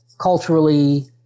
culturally